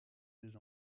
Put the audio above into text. des